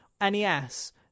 NES